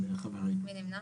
מי נמנע?